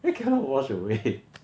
then cannot wash away